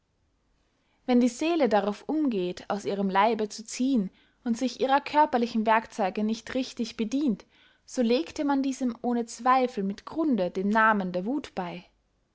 wenn die seele darauf umgeht aus ihrem leibe zu ziehen und sich ihrer körperlichen werkzeuge nicht richtig bedient so legte man diesem ohne zweifel mit grunde den namen der wuth bey